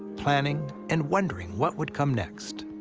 planning, and wondering what would come next.